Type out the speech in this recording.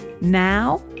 Now